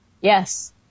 Yes